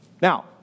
Now